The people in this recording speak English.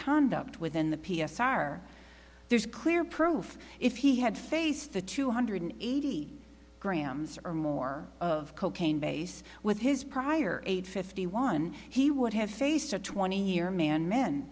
conduct within the p s r there's clear proof if he had faced the two hundred eighty grams or more of cocaine base with his prior eight fifty one he would have faced a twenty year man men